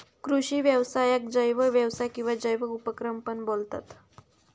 कृषि व्यवसायाक जैव व्यवसाय किंवा जैव उपक्रम पण बोलतत